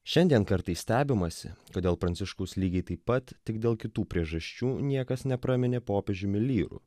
šiandien kartais stebimasi kodėl pranciškaus lygiai taip pat tik dėl kitų priežasčių niekas nepraminė popiežiumi lyru